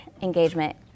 engagement